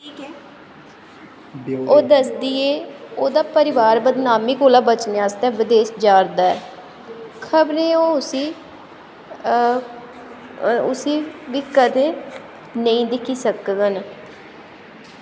ओह् दसदी ऐ ओह्दा परोआर बदनामी कोला बचने आस्तै बदेस जा'रदा ऐ खबरै ओह् उस्सी कदें नेईं दिक्खी सकङन